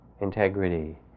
integrity